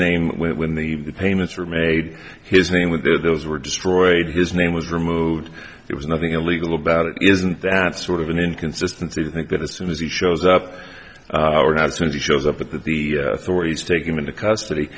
name when the payments were made his name with their those were destroyed his name was removed there was nothing illegal about it isn't that sort of an inconsistency to think that as soon as he shows up or has when he shows up at the authorities take him into custody